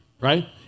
Right